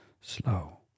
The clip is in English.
slow